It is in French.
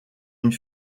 une